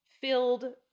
filled